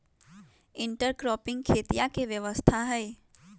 intercropping खेतीया के व्यवस्था हई